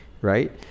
right